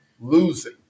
losing